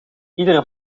iedere